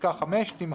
פסקה (5) תימחק.